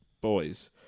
boys